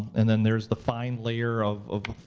and then there's the fine layer of